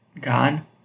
gone